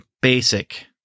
Basic